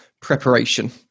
preparation